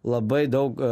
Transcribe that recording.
labai daug